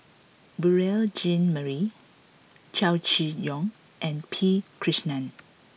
Beurel Jean Marie Chow Chee Yong and P Krishnan